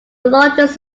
largest